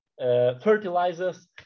fertilizers